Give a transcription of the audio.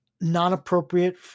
non-appropriate